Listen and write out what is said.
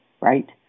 right